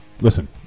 listen